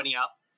up